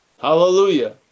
Hallelujah